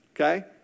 okay